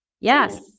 Yes